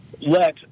Let